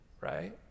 Right